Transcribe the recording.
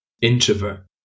introvert